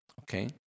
okay